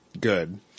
good